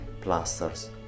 plasters